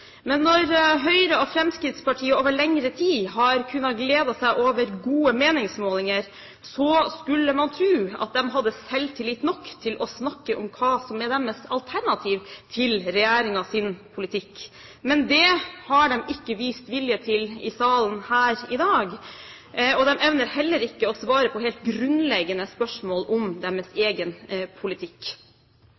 Men når Høyre og Fremskrittspartiet over lengre tid har kunnet glede seg over gode meningsmålinger, skulle man tro at de hadde selvtillit nok til å snakke om hva som er deres alternativ til regjeringens politikk. Men det har de ikke vist vilje til i salen her i dag. De evner heller ikke å svare på grunnleggende spørsmål om